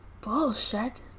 bullshit